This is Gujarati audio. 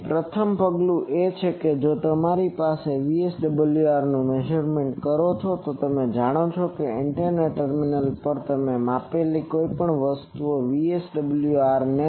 તેથી પ્રથમ પગલું એ છે કે તમે VSWR નું મેઝરમેન્ટ કરો છો કે જે તમે જાણો છો કે તમે એન્ટેના ટર્મિનલ પર તમે માપેલા કોઈ વસ્તુ અને VSWR